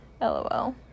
LOL